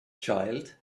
child